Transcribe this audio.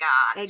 God